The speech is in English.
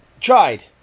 tried